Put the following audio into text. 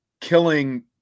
killing